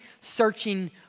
searching